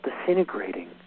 disintegrating